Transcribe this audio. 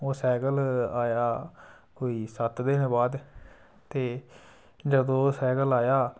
ओह् सैकल आया कोई सत्त दिनें बाद ते जदूं ओह् सैकल आया